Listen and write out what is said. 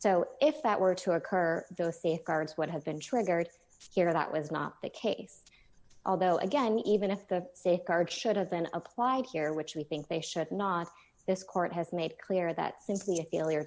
so if that were to occur those safeguards would have been triggered here that was not the case although again even if the safeguards should have been applied here which we think they should not this court has made clear that simply a failure